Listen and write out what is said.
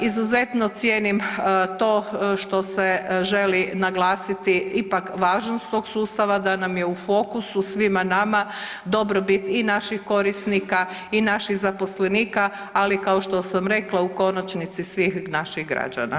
Izuzetno cijenim to što se želi naglasiti ipak važnost tog sustava, da nam je fokusu svima nama dobrobit i naših korisnika i naših zaposlenika, ali kao što sam rekla u konačnici svih naših građana.